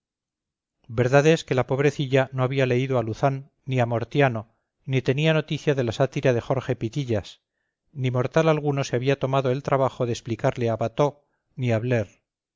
es que la pobrecilla no había leído a luzán ni a mortiano ni tenía noticia de la sátira de jorge pitillas ni mortal alguno se había tomado el trabajo de explicarle a batteux ni